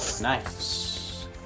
Nice